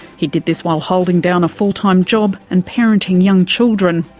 he did this while holding down a full-time job and parenting young children.